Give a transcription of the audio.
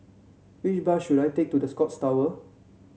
which bus should I take to The Scotts Tower